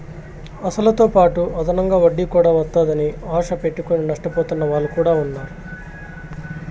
అసలుతోపాటు అదనంగా వడ్డీ కూడా వత్తాదని ఆశ పెట్టుకుని నష్టపోతున్న వాళ్ళు కూడా ఉన్నారు